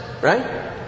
right